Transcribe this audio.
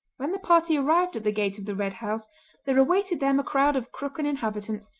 when the party arrived at the gate of the red house there awaited them a crowd of crooken inhabitants,